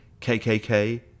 KKK